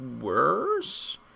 worse